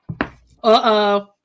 Uh-oh